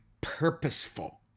purposeful